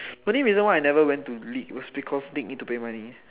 the only reason why I never go to league was because league need to pay money